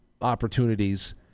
opportunities